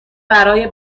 برای